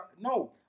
no